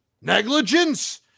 Negligence